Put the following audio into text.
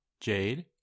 Jade